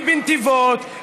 היא בנתיבות,